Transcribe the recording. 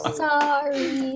sorry